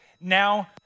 now